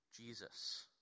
Jesus